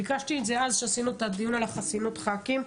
ביקשתי את זה כשעשינו את הדיון על חסינות חברי הכנסת.